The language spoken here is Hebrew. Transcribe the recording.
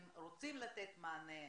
שומעים אותי?